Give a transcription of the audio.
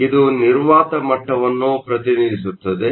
ಇದು ನಿರ್ವಾತ ಮಟ್ಟವನ್ನು ಪ್ರತಿನಿಧಿಸುತ್ತದೆ